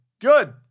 Good